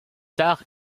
tard